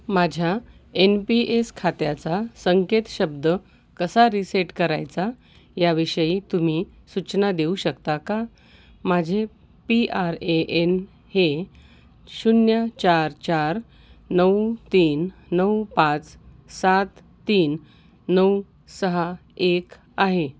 माझ्या N P S खात्याचा संकेत शब्द कसा रिसेट करायचा याविषयी तुम्ही सूचना देऊ शकता का माझे पी आर ए एन हे शून्य चार चार नऊ तीन नऊ पाच सात तीन नऊ सहा एक आहे